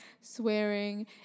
swearing